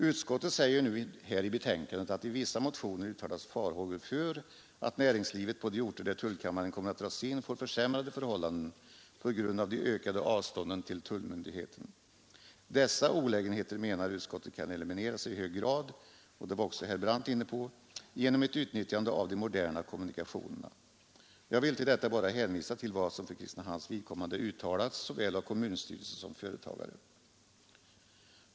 Utskottet säger i betänkandet: ”I vissa motioner uttalas farhågor för att näringslivet på de orter där tullkammaren kommer att dras in får försämrade förhållanden på grund av de ökade avstånden till tullmyndigheten. Dessa olägenheter torde enligt utskottets mening i hög grad kunna elimineras” — det var också herr Brandt inne på — ”genom möjligheterna att utnyttja de moderna kommunikationerna.” Jag vill till detta bara hänvisa till vad som för Kristinehamns vidkommande uttalats såväl av kommunstyrelsen som av företagare.